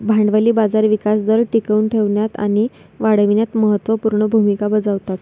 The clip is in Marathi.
भांडवली बाजार विकास दर टिकवून ठेवण्यात आणि वाढविण्यात महत्त्व पूर्ण भूमिका बजावतात